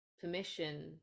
permission